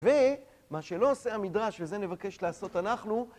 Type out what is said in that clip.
ומה שלא עושה המדרש, וזה נבקש לעשות אנחנו